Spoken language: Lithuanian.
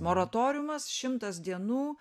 moratoriumas šimtas dienų